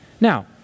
Now